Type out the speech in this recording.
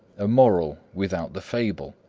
a moral without the fable.